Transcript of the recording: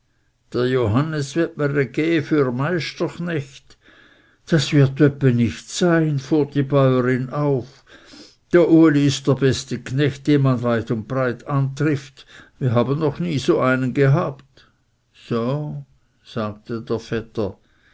gä für meisterknecht das wird öppe nicht sein fuhr die bäurin auf dr uli ist der beste knecht den man weit und breit antrifft wir haben noch nie so einen gehabt so sagte der vetter